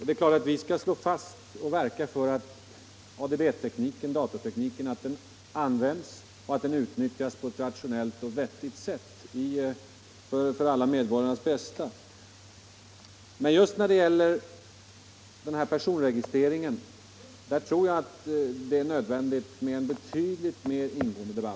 Naturligtvis skall vi verka för att datatekniken utnyttjas på ett rationellt och vettigt sätt för alla medborgares bästa. Men just när det gäller personregistreringen tror jag att det är nödvändigt med en betydligt mer ingående debatt.